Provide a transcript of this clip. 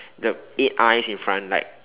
the eight eyes in front like